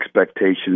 expectations